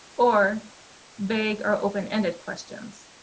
or vague or open-ended questions.